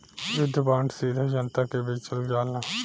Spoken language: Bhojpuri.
युद्ध बांड सीधा जनता के बेचल जाला